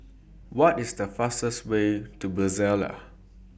What IS The fastest Way to Brasilia